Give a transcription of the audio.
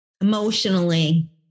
emotionally